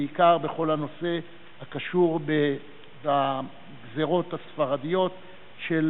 בעיקר בכל הנושא הקשור לגזירות הספרדיות של